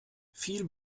viel